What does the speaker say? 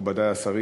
מכובדי השרים,